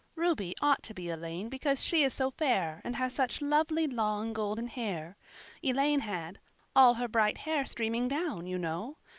ruby ought to be elaine because she is so fair and has such lovely long golden hair elaine had all her bright hair streaming down you know.